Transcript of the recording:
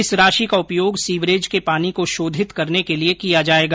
इस राशि का उपयोग सीवरेज के पानी को शोधित करने के लिए किया जायेगा